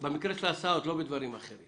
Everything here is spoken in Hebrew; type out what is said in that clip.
אני מדבר על ההסעות ולא על דברים אחרים.